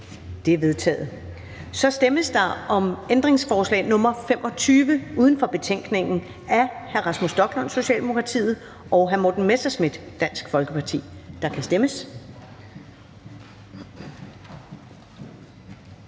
Det er vedtaget. Der stemmes om ændringsforslag nr. 25 uden for betænkningen af Rasmus Stoklund (S) og Morten Messerschmidt (DF), og der kan stemmes.